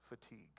fatigue